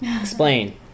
Explain